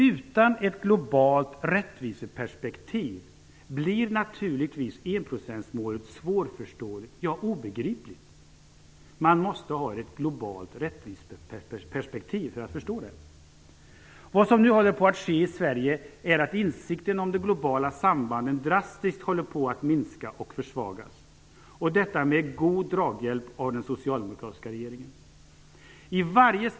Utan ett globalt rättviseperspektiv blir naturligtvis enprocentsmålet svårförståeligt - ja, obegripligt. Man måste ha ett globalt rättviseperspektiv för att förstå det. Vad som nu sker i Sverige är att insikten om de globala sambanden drastiskt håller på att minska och försvagas, och detta med god draghjälp av den socialdemokratiska regeringen.